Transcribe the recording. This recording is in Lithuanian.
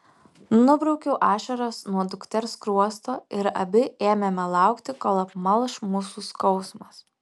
nubraukiau ašaras nuo dukters skruosto ir abi ėmėme laukti kol apmalš mūsų skausmas